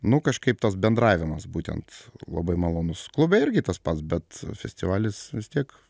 nu kažkaip tas bendravimas būtent labai malonus klube irgi tas pats bet festivalis vis tiek